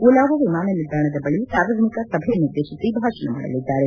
ಉಲಾವೋ ವಿಮಾನ ನಿಲ್ದಾಣದ ಬಳಿ ಸಾರ್ವಜನಿಕ ಸಭೆಯನ್ನುದ್ದೇತಿಸಿ ಭಾಷಣ ಮಾಡಲಿದ್ದಾರೆ